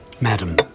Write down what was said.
Madam